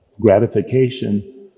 gratification